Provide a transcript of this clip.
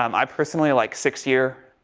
um i personally like six year,